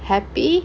happy